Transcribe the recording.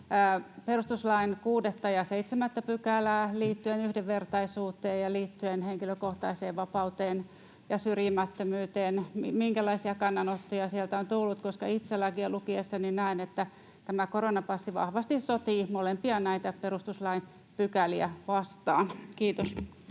perustuslain 6 ja 7 §:iä liittyen yhdenvertaisuuteen ja liittyen henkilökohtaiseen vapauteen ja syrjimättömyyteen? Minkälaisia kannanottoja sieltä on tullut, koska itse lakia lukiessani näen, että tämä koronapassi vahvasti sotii molempia näitä perustuslain pykäliä vastaan? — Kiitos.